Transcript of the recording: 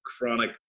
chronic